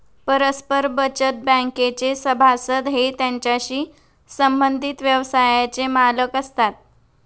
परस्पर बचत बँकेचे सभासद हे त्याच्याशी संबंधित व्यवसायाचे मालक असतात